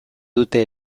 dute